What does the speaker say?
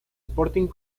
sporting